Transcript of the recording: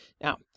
Now